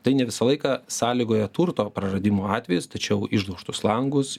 tai ne visą laiką sąlygoja turto praradimo atvejus tačiau išdaužtus langus